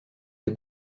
des